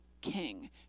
king